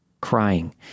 crying